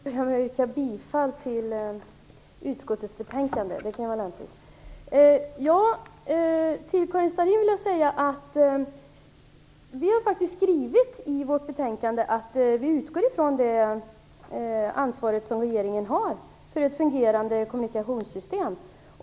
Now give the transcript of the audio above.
Fru talman! Jag börjar med att yrka bifall till utskottets hemställan, det kan vara lämpligt. Till Karin Starrin vill jag säga att vi faktiskt har skrivit i vårt betänkande att vi utgår från det ansvar som regeringen har för ett fungerande kommunikationssystem.